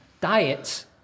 diets